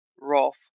Rolf